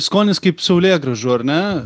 skonis kaip saulėgrąžų ar ne